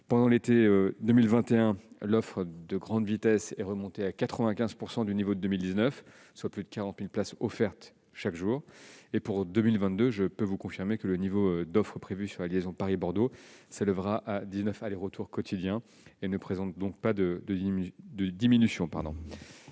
Pendant l'été 2021, l'offre à grande vitesse est remontée à 95 % du niveau de 2019, soit plus de 40 000 places offertes chaque jour. Pour 2022, je peux vous confirmer que le niveau d'offre prévu sur la liaison Paris-Bordeaux s'élèvera à dix-neuf allers-retours quotidiens. Il ne présente donc pas de diminution.